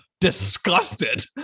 disgusted